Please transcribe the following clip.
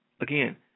Again